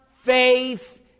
faith